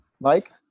Mike